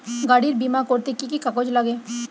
গাড়ীর বিমা করতে কি কি কাগজ লাগে?